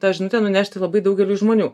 tą žinutę nunešti labai daugeliui žmonių